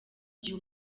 gihe